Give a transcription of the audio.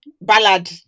Ballad